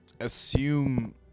assume